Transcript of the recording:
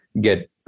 get